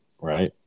right